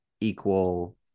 equal